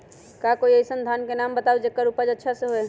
का कोई अइसन धान के नाम बताएब जेकर उपज अच्छा से होय?